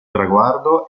traguardo